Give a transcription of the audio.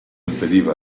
impediva